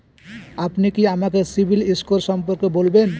আপনি কি আমাকে সিবিল স্কোর সম্পর্কে বলবেন?